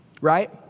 right